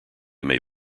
may